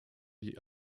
die